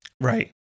Right